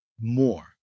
more